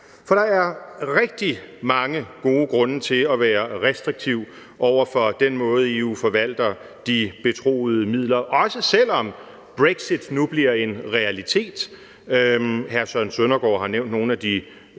for der er rigtig mange gode grunde til at være restriktiv over for den måde, EU forvalter de betroede midler, også selv om brexit nu bliver en realitet – hr. Søren Søndergaard har nævnt nogle af de